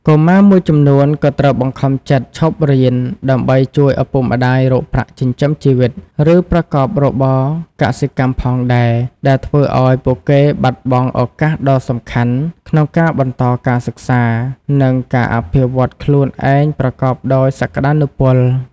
កុមារមួយចំនួនក៏ត្រូវបង្ខំចិត្ត ឈប់រៀន ដើម្បីជួយឪពុកម្តាយរកប្រាក់ចិញ្ចឹមជីវិត ឬប្រកបរបរកសិកម្មផងដែរ ដែលធ្វើឱ្យពួកគេបាត់បង់ឱកាសដ៏សំខាន់ក្នុងការបន្តការសិក្សា និងការអភិវឌ្ឍខ្លួនឯងប្រកបដោយសក្តានុពល។